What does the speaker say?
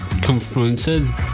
confronted